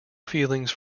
feelings